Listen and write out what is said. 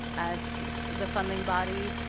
as the funding body,